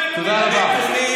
תודה רבה.